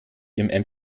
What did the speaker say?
ihrem